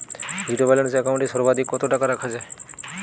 Zero balance account এ সর্বাধিক কত টাকা রাখা য়ায়?